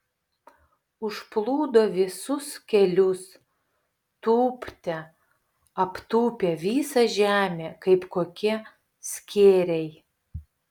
užplūdo visus kelius tūpte aptūpė visą žemę kaip kokie skėriai